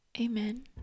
Amen